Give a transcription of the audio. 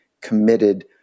committed